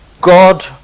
God